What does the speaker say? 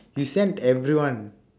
you sent everyone